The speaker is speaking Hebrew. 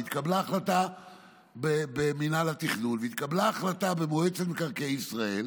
התקבלה החלטה במינהל התכנון והתקבלה החלטה במועצת מקרקעי ישראל